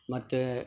ಮತ್ತೇ